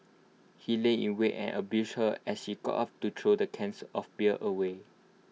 he lay in wait and ambushed her as she got up to throw the cans of beer away